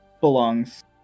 belongs